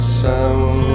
sound